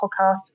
podcast